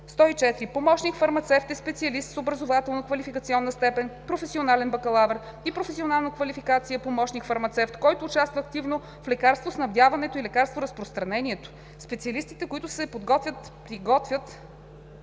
104. „Помощник-фармацевт“ е специалист с образователно-квалификационна степен „професионален бакалавър“ и професионална квалификация „помощник фармацевт“, който участва активно в лекарствоснабдяването и лекарстворазпространението. Специалистите, които се подготвят приготвят,